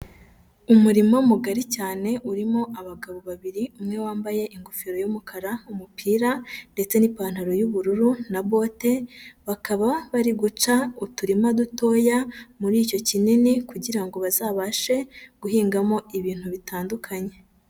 Umurima mugari cyane urimo abagabo babiri, umwe wambaye ingofero y'umukara, umupira ndetse n'ipantaro y'ubururu na bote, bakaba bari guca uturima dutoya muri icyo kinini kugira ngo bazabashe guhingamo ibintu bitandukanye.